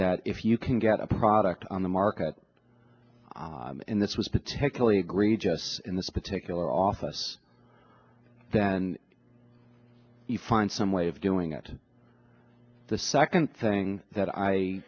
that if you can get a product on the market in this was particularly egregious in this particular office then you find some way of doing that the second thing that i